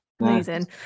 Amazing